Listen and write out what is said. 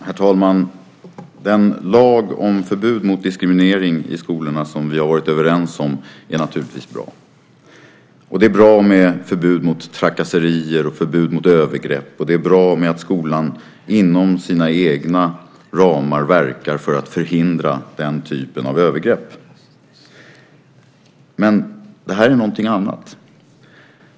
Herr talman! Den lag om förbud mot diskriminering i skolorna som vi har varit överens om är naturligtvis bra. Det är bra med förbud mot trakasserier och förbud mot övergrepp. Det är bra att skolan inom sina egna ramar verkar för att förhindra den typen av övergrepp. Men det här är någonting annat.